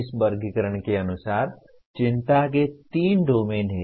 इस वर्गीकरण के अनुसार चिंता के तीन डोमेन हैं